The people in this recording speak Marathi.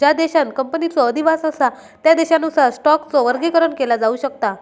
ज्या देशांत कंपनीचो अधिवास असा त्या देशानुसार स्टॉकचो वर्गीकरण केला जाऊ शकता